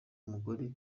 umugore